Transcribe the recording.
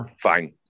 fine